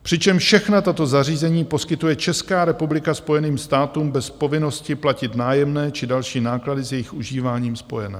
Přičemž všechna tato zařízení poskytuje Česká republika Spojeným státům bez povinnosti platit nájemné či další náklady s jejich užíváním spojené.